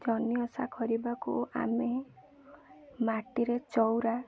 ଜହ୍ନି ଓଷା କରିବାକୁ ଆମେ ମାଟିରେ ଚଉଁରା